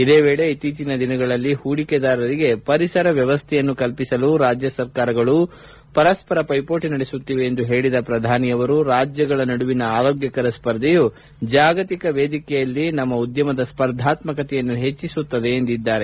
ಇದೇ ವೇಳೆ ಇತ್ತೀಚಿನ ದಿನಗಳಲ್ಲಿ ಹೂಡಿಕೆದಾರರಿಗೆ ಪರಿಸರ ವ್ಯವಸ್ಥೆಯನ್ನು ಕಲ್ಪಿಸಲು ರಾಜ್ಯಗಳು ಪರಸ್ಪರ ಪ್ಲೆಸೋಟ ನಡೆಸುತ್ತಿವೆ ಎಂದು ಹೇಳಿದ ಪ್ರಧಾನಿ ನರೇಂದ್ರ ಮೋದಿ ರಾಜ್ಗಳ ನಡುವಿನ ಆರೋಗ್ಗಕರ ಸ್ವರ್ಧೆಯು ಜಾಗತಿಕ ವೇದಿಕೆಯಲ್ಲಿ ನಮ್ಮ ಉದ್ಗಮದ ಸ್ಪರ್ಧಾತ್ಮಕತೆಯನ್ನು ಹೆಚ್ಚಿಸುತ್ತದೆ ಎಂದಿದ್ದಾರೆ